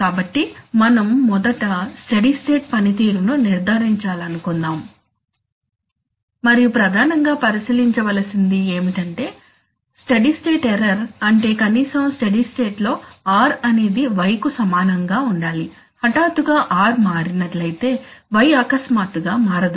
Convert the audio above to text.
కాబట్టి మనం మొదట స్టడీ స్టేట్ పనితీరును నిర్ధారించాలనుకుందాము మరియు ప్రధానం గా పరిశీలించవలసింది ఏంటంటే స్టడీ స్టేట్ ఎర్రర్ అంటే కనీసం స్టడీ స్టేట్ లో r అనేది Y కు సమానంగా ఉండాలి హఠాత్తుగా r మారినట్లయితే y అకస్మాత్తుగా మారదు